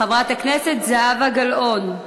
חברת הכנסת זהבה גלאון,